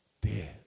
Dead